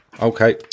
Okay